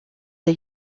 der